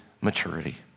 maturity